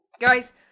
Guys